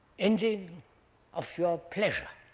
ending of your pleasure,